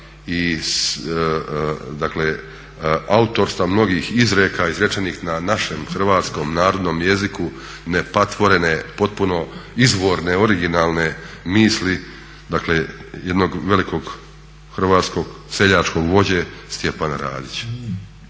autorstva mnogih izreka izrečenih na našem hrvatskom narodnom jeziku nepatvorene potpuno izvorne, originalne misli, dakle jednog velikog hrvatskog seljačkog vođe Stjepana Radića.